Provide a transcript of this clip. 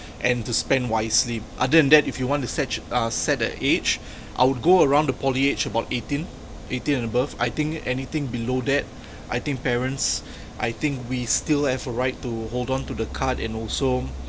and to spend wisely other than that if you want to set uh set an age I would go around the poly age about eighteen eighteen and above I think anything below that I think parents I think we still have a right to hold on to the card and also